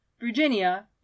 virginia